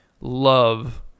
love